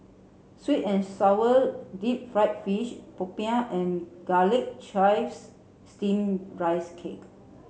sweet and sour deep fried fish Popiah and Garlic Chives Steamed Rice Cake